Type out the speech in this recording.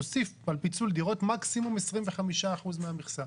תוסיף על פיצול דירות מקסימום 25% מהמכסה.